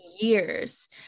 years